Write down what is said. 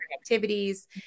activities